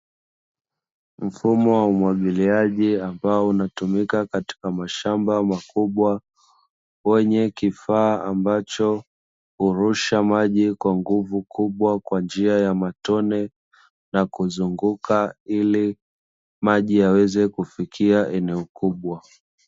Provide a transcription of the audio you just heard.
Mfumo wa umwagiliaji ambao unatumika katika mashamba makubwa, wenye kifaa ambacho hurusha maji kwa nguvu kubwa kwa njia ya matone, na kuzunguka ili maji yaweze kufikia eneo kubwa.